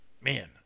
man